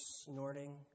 snorting